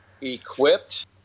equipped